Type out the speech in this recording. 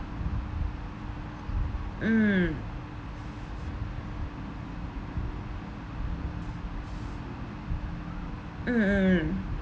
mm mm mm